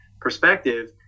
perspective